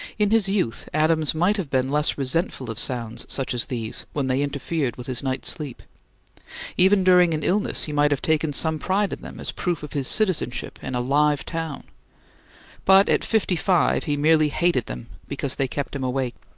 in his youth adams might have been less resentful of sounds such as these when they interfered with his night's sleep even during an illness he might have taken some pride in them as proof of his citizenship in a live town but at fifty-five he merely hated them because they kept him awake.